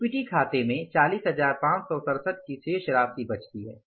equity खाते में 40567 की शेष राशि बचती है